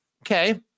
okay